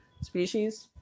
species